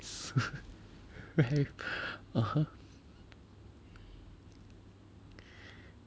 (uh huh)